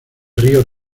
río